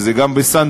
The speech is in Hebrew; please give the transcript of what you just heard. וזה גם בסן-ברנרדינו,